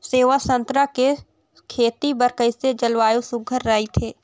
सेवा संतरा के खेती बर कइसे जलवायु सुघ्घर राईथे?